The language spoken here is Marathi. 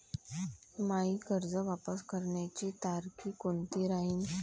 मायी कर्ज वापस करण्याची तारखी कोनती राहीन?